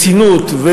ברצינות,